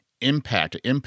impact